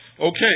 Okay